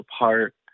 apart